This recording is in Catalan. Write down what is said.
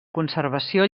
conservació